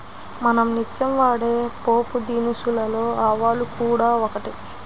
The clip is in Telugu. మనం నిత్యం వాడే పోపుదినుసులలో ఆవాలు కూడా ఒకటి